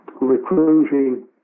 recruiting